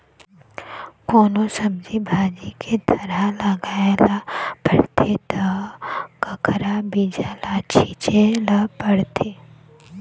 कोनो सब्जी भाजी के थरहा लगाए ल परथे त कखरा बीजा ल छिचे ल परथे